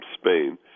Spain